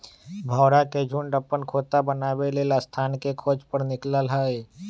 भौरा के झुण्ड अप्पन खोता बनाबे लेल स्थान के खोज पर निकलल हइ